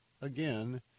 again